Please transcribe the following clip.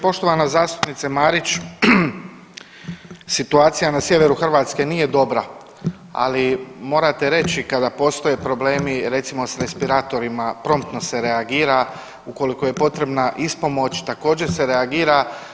Poštovana zastupnice Marić situacija na sjeveru Hrvatske nije dobra, ali morate reći kada postoje problemi recimo s respiratorima promptno se reagira, ukoliko je potrebna ispomoć također se reagira.